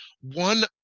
One